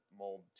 mold